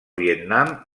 vietnam